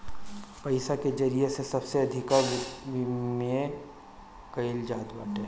पईसा के जरिया से सबसे अधिका विमिमय कईल जात बाटे